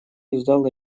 издал